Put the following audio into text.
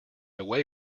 away